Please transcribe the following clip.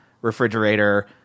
refrigerator